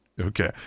Okay